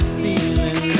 feeling